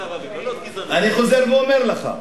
אני חוזר ואומר לך,